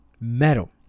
metal